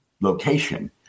location